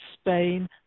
Spain